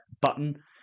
button